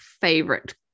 favorite